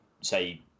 say